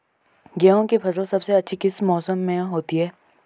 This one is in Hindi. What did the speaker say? गेहूँ की फसल सबसे अच्छी किस मौसम में होती है